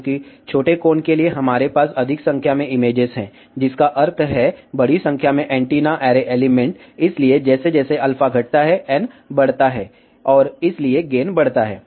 चूंकि छोटे कोण के लिए हमारे पास अधिक संख्या में इमेजेस हैं जिसका अर्थ है बड़ी संख्या में एंटीना ऐरे एलिमेंट इसलिए जैसे जैसे α घटता है n बढ़ता है और इसलिए गेन बढ़ता है